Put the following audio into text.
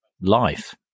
life